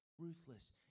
ruthless